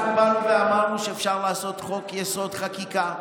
אנחנו באנו ואמרנו שאפשר לעשות חוק-יסוד: חקיקה,